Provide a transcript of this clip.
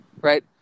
right